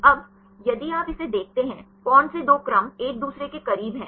अब यदि आप इसे देखते हैं कौन से दो क्रम एक दूसरे के करीब हैं